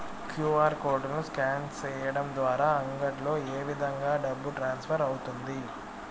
QR code ను scan సేయడం ద్వారా అంగడ్లలో ఏ విధంగా డబ్బు ట్రాన్స్ఫర్ అవుతుంది